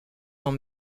dans